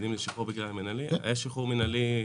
היה שחרור מינהלי,